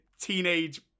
teenage